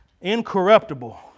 incorruptible